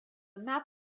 map